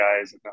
guys